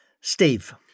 Steve